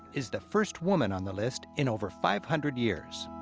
is the first woman on the list in over five hundred years.